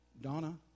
Donna